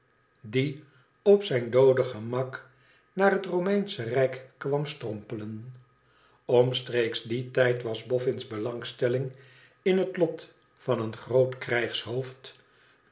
die op zijn doode gemak naar het romeinsche rijk kwam strompelen omstreeks dien tijd was boffin's belangstelling in het lot van een groot